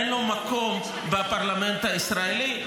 אין לו מקום בפרלמנט הישראלי.